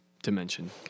Dimension